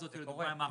העברה לפרוטוקול.